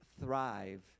thrive